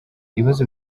ibibazo